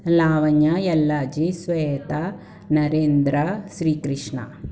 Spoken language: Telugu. లావణ్య ఎల్లాజీ శ్వేతా నరేంద్ర శ్రీ కృష్ణ